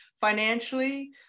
financially